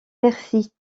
percy